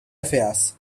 affairs